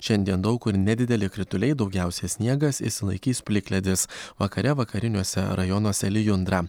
šiandien daug kur nedideli krituliai daugiausia sniegas išsilaikys plikledis vakare vakariniuose rajonuose lijundra